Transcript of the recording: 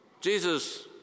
Jesus